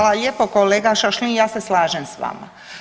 Hvala lijepo kolega Šašlin, ja se slažem s vama.